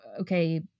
okay